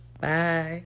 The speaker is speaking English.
Bye